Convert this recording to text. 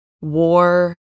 War